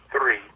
three